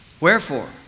Wherefore